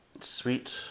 sweet